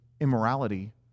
immorality